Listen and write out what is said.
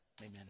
Amen